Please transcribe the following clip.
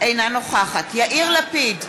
אינה נוכחת יאיר לפיד,